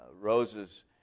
roses